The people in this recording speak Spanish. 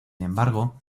embargo